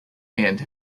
and